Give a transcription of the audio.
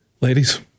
ladies